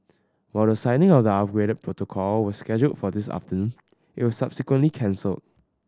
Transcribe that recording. while the signing of the upgraded protocol was scheduled for this afternoon it was subsequently cancelled